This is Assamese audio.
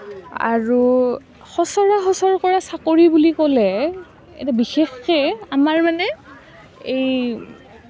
আৰু সচৰাচৰ কৰা চাকৰি বুলি ক'লে এটা বিশেষকৈ আমাৰ মানে এই